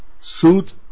suit